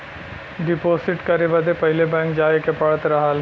deposit करे बदे पहिले बैंक जाए के पड़त रहल